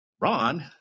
Ron